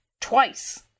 twice